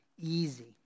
easy